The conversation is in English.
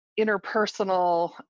interpersonal